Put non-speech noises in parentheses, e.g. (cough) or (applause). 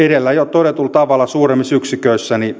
(unintelligible) edellä todetulla tavalla suurimmissa yksiköissä